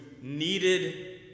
needed